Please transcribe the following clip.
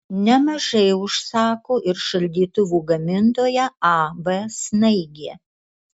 nemažai užsako ir šaldytuvų gamintoja ab snaigė